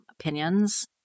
opinions